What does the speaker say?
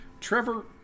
Trevor